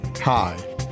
Hi